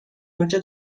اونچه